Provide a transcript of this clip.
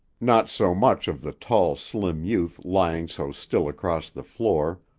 not so much of the tall, slim youth lying so still across the floor,